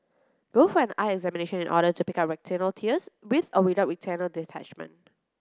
go for an eye examination in order to pick up retinal tears with or without retinal detachment